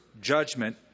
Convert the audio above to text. judgment